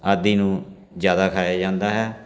ਆਦਿ ਨੂੰ ਜ਼ਿਆਦਾ ਖਾਇਆ ਜਾਂਦਾ ਹੈ